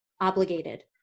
obligated